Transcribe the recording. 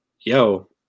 Yo